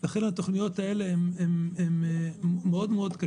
לכן התוכניות האלה קשות מאוד.